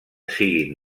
siguin